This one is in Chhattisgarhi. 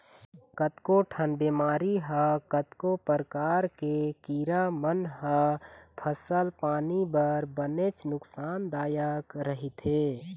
कतको ठन बेमारी ह कतको परकार के कीरा मन ह फसल पानी बर बनेच नुकसान दायक रहिथे